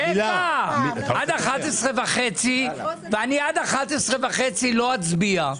רגע, עד 11 וחצי, ואני עד 11 וחצי לא אצביע.